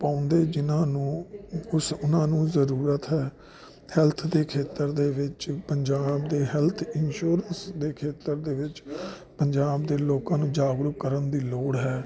ਪਾਉਂਦੇ ਜਿਨਾਂ ਨੂੰ ਉਹਨਾਂ ਨੂੰ ਜਰੂਰਤ ਹੈ ਹੈਲਥ ਦੇ ਖੇਤਰ ਦੇ ਵਿੱਚ ਪੰਜਾਬ ਦੇ ਹੈਲਥ ਇੰਸ਼ੋਰੈਂਸ ਦੇ ਖੇਤਰ ਦੇ ਵਿੱਚ ਪੰਜਾਬ ਦੇ ਲੋਕਾਂ ਨੂੰ ਜਾਗਰੂਕ ਕਰਨ ਦੀ ਲੋੜ ਹੈ